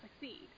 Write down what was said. succeed